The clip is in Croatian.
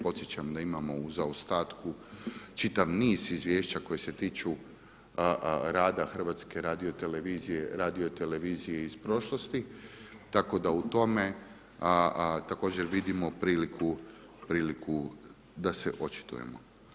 Podsjećam da imamo u zaostatku čitav niz izvješća koji se tiču rada Hrvatske radiotelevizije, radiotelevizije iz prošlosti, tako da u tome također vidimo priliku da se očitujemo.